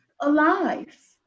alive